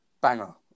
banger